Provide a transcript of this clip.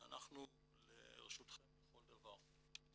ואנחנו לרשותכם בכל דבר.